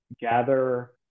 gather